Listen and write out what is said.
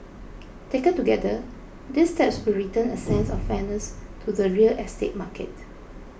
taken together these steps will return a sense of fairness to the real estate market